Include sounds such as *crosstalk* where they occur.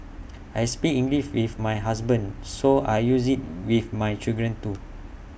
*noise* I speak English with my husband so I use IT with my children too